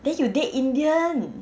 then you date indian